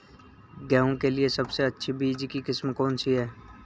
गेहूँ के लिए सबसे अच्छी बीज की किस्म कौनसी है?